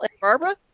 Barbara